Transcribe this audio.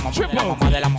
Triple